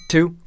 Two